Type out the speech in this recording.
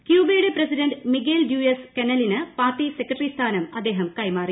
ക്യൂബയുടെ president Miguel Diaz കനേലിന് party secretary സ്ഥാനം അദ്ദേഹം കൈമാറി